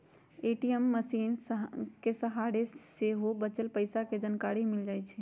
ATM मशीनके सहारे सेहो बच्चल पइसा के जानकारी मिल जाइ छइ